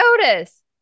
Otis